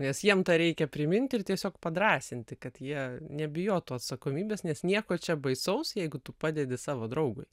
nes jiem tą reikia priminti ir tiesiog padrąsinti kad jie nebijotų atsakomybės nes nieko čia baisaus jeigu tu padedi savo draugui